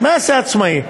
מה עושה עצמאי?